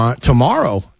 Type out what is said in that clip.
tomorrow